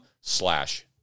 slash